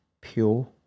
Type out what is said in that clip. pure